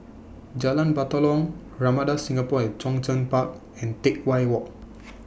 Jalan Batalong Ramada Singapore At Zhongshan Park and Teck Whye Walk